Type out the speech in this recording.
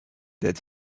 that